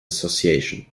association